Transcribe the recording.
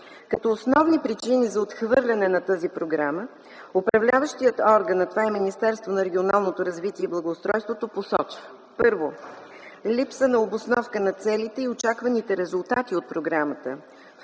Като основни причини за отхвърляне на тази програма управляващият орган, а това е Министерството на регионалното развитие и благоустройството, посочи: 1. липса на обосновка на целите и очакваните резултати от програмата;